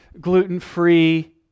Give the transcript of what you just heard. gluten-free